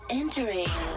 entering